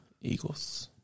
Eagles